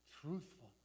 truthful